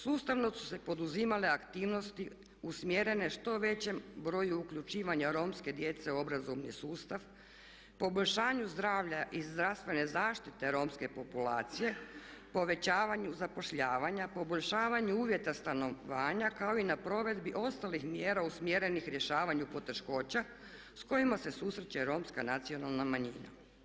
Sustavno su se poduzimale aktivnosti usmjerene što većem broju uključivanja romske djece u obrazovni sustav, poboljšanju zdravlja i zdravstvene zaštite romske populacije, povećavanju zapošljavanja, poboljšavanju uvjeta stanovanja kao i na provedbi ostalih mjera usmjerenih rješavanju poteškoća s kojima se susreće romska nacionalna manjina.